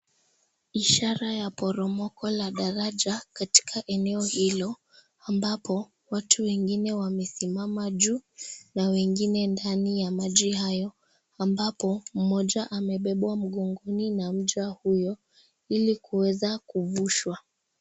Ishara ya poromoko la daraja katika eneo hilo ambapo watu wengine wamesimama juu na wengine ndani ya maji hayo ambapo mmoja amebebwa mgongoni na mja huyo ili kuweza kuvushwa.